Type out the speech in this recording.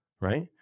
right